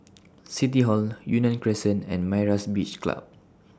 City Hall Yunnan Crescent and Myra's Beach Club